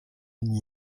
n’y